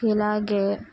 ఇలాగే